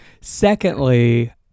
secondly